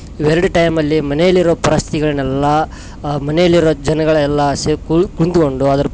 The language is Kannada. ಇವೆರಡು ಟೈಮಲ್ಲಿ ಮನೆಯಲ್ಲಿರೋ ಪರಿಸ್ಥಿತಿಗಳನ್ನೆಲ್ಲ ಮನೆಯಲ್ಲಿರೊ ಜನಗಳೆಲ್ಲ ಸೇ ಕುಳ್ ಕುಂತುಕೊಂಡು ಅದರ